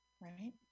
right